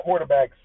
quarterbacks